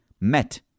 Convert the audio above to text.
met